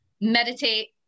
meditate